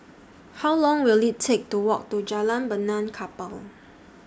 How Long Will IT Take to Walk to Jalan Benaan Kapal